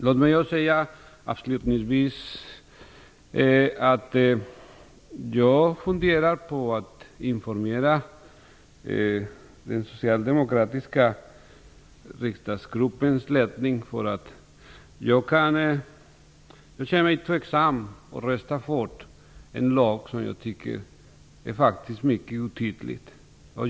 Låt mig avslutningsvis säga att jag funderar på att informera den socialdemokratiska riksdagsgruppens ledning om att jag känner mig tveksam till att rösta för en lag som jag tycker är mycket otydlig.